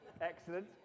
Excellent